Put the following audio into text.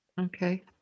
Okay